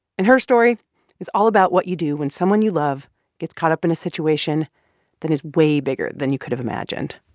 and her story is all about what you do when someone you love gets caught up in a situation that is way bigger than you could have imagined.